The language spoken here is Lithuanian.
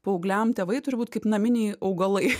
paaugliam tėvai turi būt kaip naminiai augalai